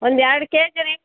ಒಂದು ಎರಡು ಕೆಜಿ ರಿ